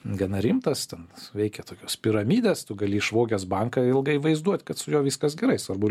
gana rimtas ten veikė tokios piramidės tu gali išvogęs banką ilgai vaizduot kad su juo viskas gerai svarbu